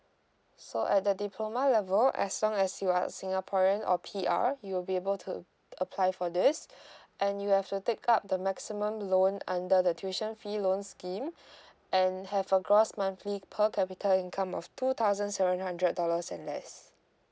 so at the diploma level as long as you are a singaporean or P_R you'll be able to apply for this and you have to take up the maximum loan under the tuition fee loan scheme and have a gross monthly per capita income of two thousand seven hundred dollars and less